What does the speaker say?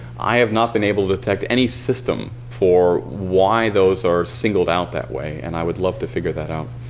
i have not been able to detect any system for why those are singled out that way, and i would love to figure that out.